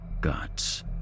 guts